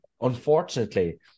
unfortunately